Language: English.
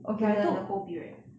to learn the whole period